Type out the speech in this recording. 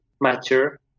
mature